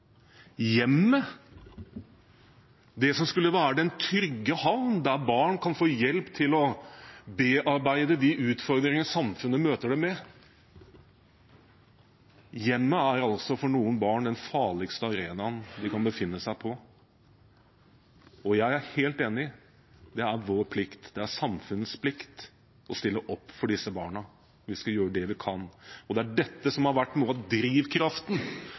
det som skulle være den trygge havnen der barn kan få hjelp til å bearbeide de utfordringene samfunnet møter dem med – den farligste arenaen de kan befinne seg på. Og jeg er helt enig – det er vår plikt, det er samfunnets plikt, å stille opp for disse barna. Vi skal gjøre det vi kan. Det er dette som har vært drivkraften